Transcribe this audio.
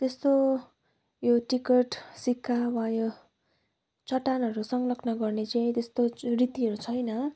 त्यस्तो यो टिकट सिक्का वा यो चट्टानहरू सङ्कलन गर्ने चाहिँ त्यस्तो रीतिहरू छैन